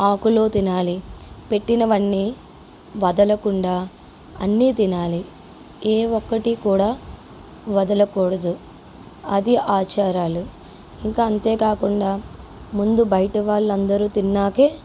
ఆకులో తినాలి పెట్టినవన్నీ వదలకుండా అన్నీ తినాలి ఏ ఒక్కటి కూడా వదలకూడదు అది ఆచారాలు ఇంకా అంతేకాకుండా ముందు బయట వాళ్ళు అందరూ తిన్నాకే